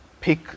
pick